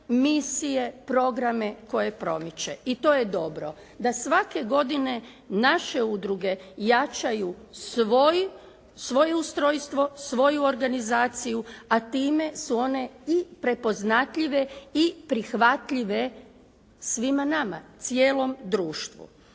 misije, programe koje promiče i to je dobro da svake godine naše udruge jačaju svoje ustrojstvo, svoju organizaciju, a time su one i prepoznatljive i prihvatljive svima nama, cijelom društvu.